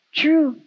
true